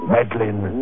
Madeline